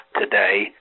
today